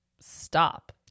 stop